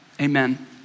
amen